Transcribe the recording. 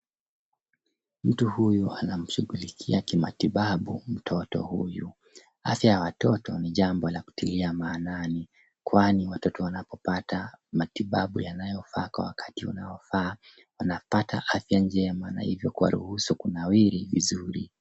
Mtu huyu anamshughulikia kimatibabu mtoto huyu. Afya ya watoto ni jambo la kutilia maanani kwani watoto wanapopata matibabu yanayofaa kwa wakati unaofaa wanapata afya njema na hivyo kuwaruhusu kunawiri vizuri.